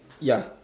ya